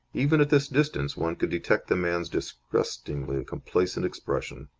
even at this distance one could detect the man's disgustingly complacent expression.